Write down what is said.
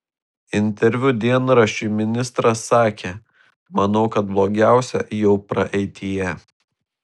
interviu dienraščiui ministras sakė manau kad blogiausia jau praeityje